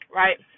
right